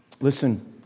Listen